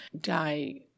die